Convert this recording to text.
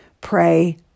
Pray